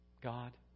God